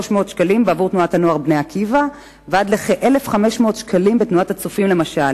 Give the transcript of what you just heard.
מ-300 שקל בתנועת "בני עקיבא" ועד לכ-1,500 שקל בתנועת "הצופים" למשל,